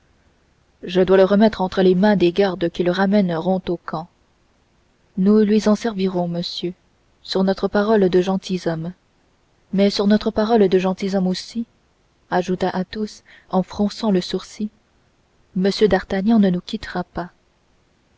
je dois le remettre entre les mains des gardes qui le ramèneront au camp nous lui en servirons monsieur sur notre parole de gentilshommes mais sur notre parole de gentilshommes aussi ajouta athos en fronçant le sourcil m d'artagnan ne nous quittera pas